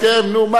מה קרה?